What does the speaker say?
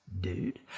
dude